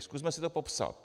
Zkusme si to popsat.